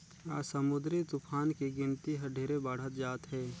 आज समुददरी तुफान के गिनती हर ढेरे बाढ़त जात हे